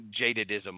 jadedism